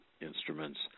instruments